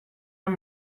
den